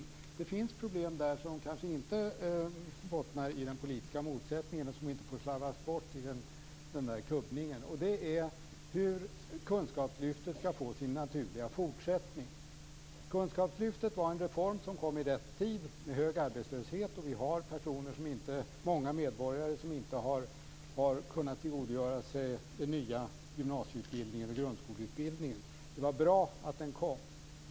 Men det finns problem där som kanske inte bottnar i den politiska motsättningen och som inte får slarvas bort i den där kubbningen. Det gäller hur kunskapslyftet skall få sin naturliga fortsättning. Kunskapslyftet var en reform som kom i rätt tid, en tid med hög arbetslöshet. Vi har ju många medborgare som inte har kunnat tillgodogöra sig den nya gymnasie och grundskoleutbildningen. Det var bra att den kom.